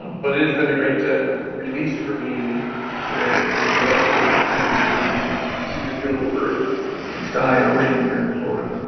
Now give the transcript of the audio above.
but, it has been a great to release for me to go out for a ride in the morning and and see this beautiful earth and sky and ocean here in florida.